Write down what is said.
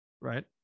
right